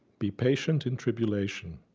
be patient in tribulation.